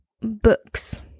books